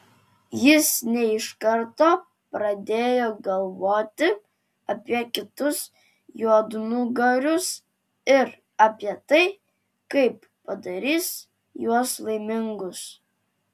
jis ne iš karto pradėjo galvoti apie kitus juodnugarius ir apie tai kaip padarys juos laimingus